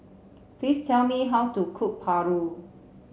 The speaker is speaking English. please tell me how to cook Paru